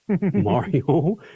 Mario